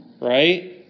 right